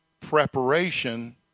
preparation